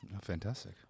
Fantastic